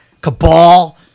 cabal